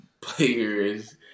players